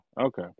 Okay